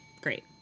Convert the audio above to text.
Great